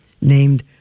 named